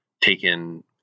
taken